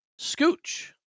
Scooch